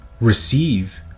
receive